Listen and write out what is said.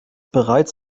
bereits